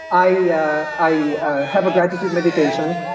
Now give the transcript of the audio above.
i yeah i have a gratitude meditation.